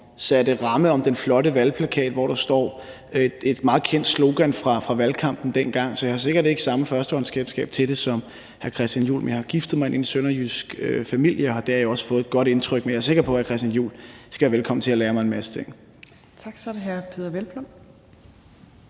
som satte ramme om den flotte valgplakat, hvor der står et meget kendt slogan fra valgkampen dengang. Så jeg har sikkert ikke samme førstehåndskendskab til det som hr. Christian Juhl, men jeg har giftet mig ind i en sønderjysk familie, og der har jeg også fået et godt indtryk. Men jeg er sikker på, at hr. Christian Juhl skal være velkommen til at lære mig en masse ting. Kl. 17:40 Tredje